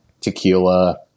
tequila